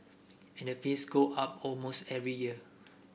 and the fees go up almost every year